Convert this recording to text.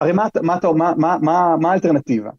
‫הרי מה, מה אתה או... מה, מה, מה, מה האלטרנטיבה?